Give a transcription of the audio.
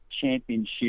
championship